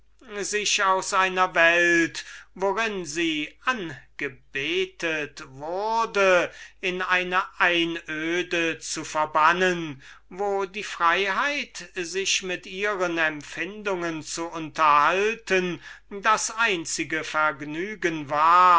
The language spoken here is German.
sich aus einer welt worin sie angebetet wurde freiwillig in eine einöde zu verbannen wo die freiheit sich mit ihren empfindungen zu unterhalten das einzige vergnügen war